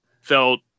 felt